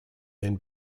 then